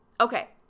Okay